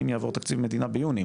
אם יעבור תקציב מדינה ביוני.